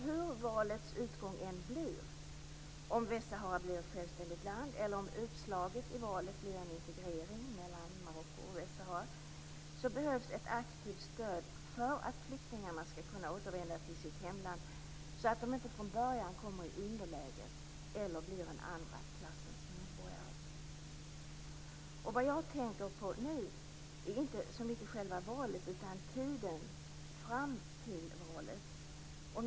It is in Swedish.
Hur valets utgång än blir - om Västsahara blir ett självständigt land, eller om utslaget i valet blir integrering mellan Marocko och Västsahara - behövs ett aktivt stöd för att flyktingarna skall kunna återvända till sitt hemland så att de inte från början kommer i underläge eller blir andra klassens medborgare. Vad jag nu tänker på är inte så mycket själva valet utan tiden fram till valet.